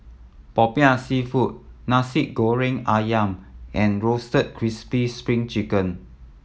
Popiah Seafood Nasi Goreng Ayam and Roasted Crispy Spring Chicken